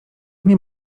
nie